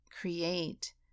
create